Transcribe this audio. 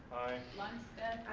lundstedt?